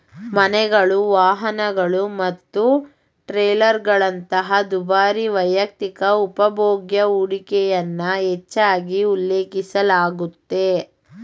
ಮನೆಗಳು, ವಾಹನಗಳು ಮತ್ತು ಟ್ರೇಲರ್ಗಳಂತಹ ದುಬಾರಿ ವೈಯಕ್ತಿಕ ಉಪಭೋಗ್ಯ ಹೂಡಿಕೆಯನ್ನ ಹೆಚ್ಚಾಗಿ ಉಲ್ಲೇಖಿಸಲಾಗುತ್ತೆ